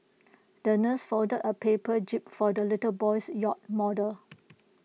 the nurse folded A paper jib for the little boy's yacht model